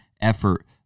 effort